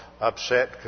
upset